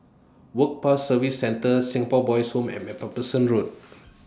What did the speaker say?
Work Pass Services Centre Singapore Boys' Home and MacPherson Road